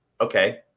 Okay